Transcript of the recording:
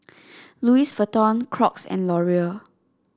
Louis Vuitton Crocs and Laurier